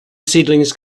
seedlings